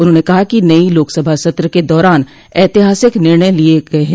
उन्होंने कहा कि नई लोकसभा सत्र के दौरान ऐतिहासिक निर्णय लिए गए हैं